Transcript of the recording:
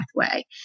pathway